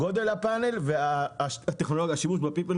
הייתה ביקורת על גודל הפאנל ועל השימוש בפיפל